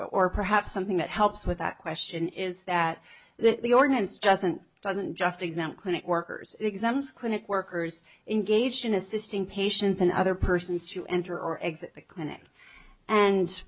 or perhaps something that helps with that question is that the ordinance doesn't doesn't just exempt clinic workers exams clinic workers in gaijin assisting patients and other persons to enter or exit the clinic and